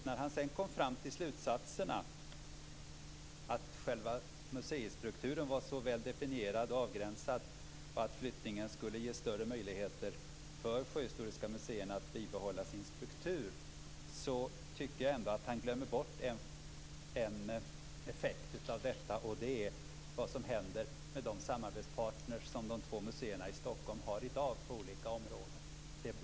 När han sedan kom fram till slutsatserna, att själva museistrukturen var så väl definierad och avgränsad att flyttningen skulle ge större möjligheter för sjöhistoriska museerna att bibehålla sin struktur tycker jag att han glömmer bort en effekt av detta. Det är vad som händer med de samarbetspartner som de två museerna i Stockholm har i dag på olika områden.